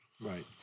right